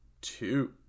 two